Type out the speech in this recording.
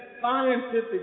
scientific